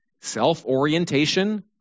self-orientation